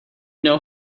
know